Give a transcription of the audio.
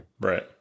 Right